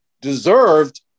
deserved